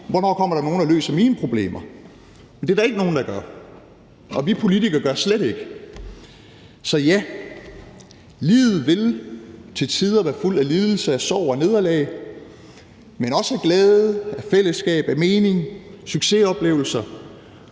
Hvornår kommer der nogen og løser mine problemer? Det er der ikke nogen, der gør, og vi politikere gør det slet ikke. Så ja, livet vil til tider være fuldt af lidelse, af sorg og nederlag, men også af glæde, af fællesskab, af mening, succesoplevelser,